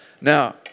Now